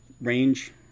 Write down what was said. range